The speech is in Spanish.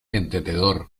entendedor